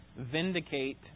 vindicate